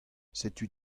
setu